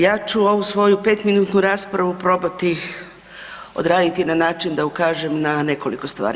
Ja ću ovu svoju petminutnu raspravu probati odraditi na način da ukažem na nekoliko stvari.